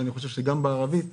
ואני חושב שגם בערבית,